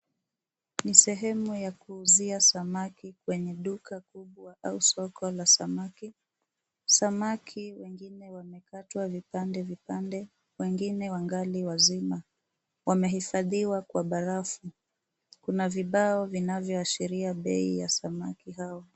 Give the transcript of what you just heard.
Sehemu ya kuuzia samaki kwenye duka kubwa au soko ya kuuzia samaki. Samaki wamekatwa vipande vipande wengine wangali wazima wamehifadhiwa kwa barafu. Kuna vibao vinavyo ashiria bei ya samaki hao.